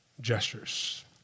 gestures